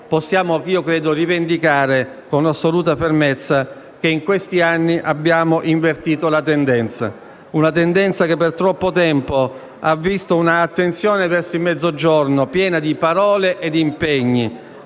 possiamo rivendicare con assoluta fermezza che in questi anni abbiamo invertito la tendenza, una tendenza che per troppo tempo ha visto un'attenzione verso il Mezzogiorno piena di parole e di impegni